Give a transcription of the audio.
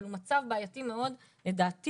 אבל הוא מצב בעייתי מאוד לדעתי